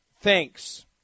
Thanks